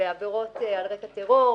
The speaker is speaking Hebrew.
שלפיה בעבירות על רקע טרור,